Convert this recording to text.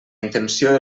intenció